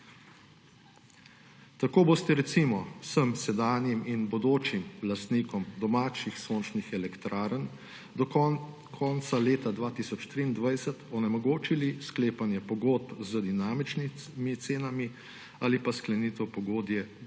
Tako boste, recimo, vsem sedanjim in bodočim lastnikom domačnih sočnih elektrarn do konca leta 2023 onemogočili sklepanje pogodb z dinamičnimi cenami ali pa sklenitev pogodbe o odjemu